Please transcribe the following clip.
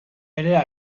era